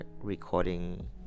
recording